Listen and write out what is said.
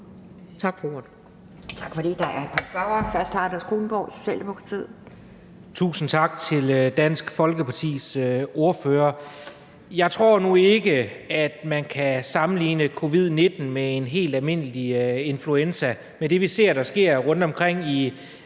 Tak for det. Der er et par spørgere. Først er det hr. Anders Kronborg, Socialdemokratiet. Kl. 17:52 Anders Kronborg (S): Tusind tak til Dansk Folkepartis ordfører. Jeg tror nu ikke, at man kan sammenligne covid-19 med en helt almindelig influenza med det, vi ser der sker rundtomkring i